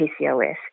PCOS